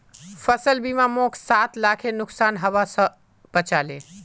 फसल बीमा मोक सात लाखेर नुकसान हबा स बचा ले